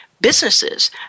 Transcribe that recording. businesses